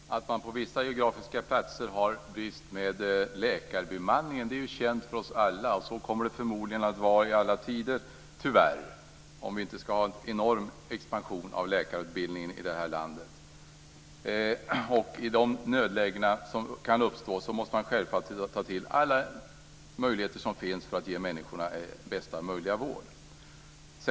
Herr talman! Att man på vissa platser har en bristsituation vad gäller läkarbemanningen är känt för oss alla och så kommer det, tyvärr, förmodligen att vara i alla tider - om vi inte ska ha en enorm expansion av läkarutbildningen i det här landet. I nödlägen som kan uppstå måste man självfallet ta till alla möjligheter som finns för att ge människorna bästa möjliga vård.